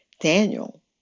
Daniel